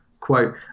quote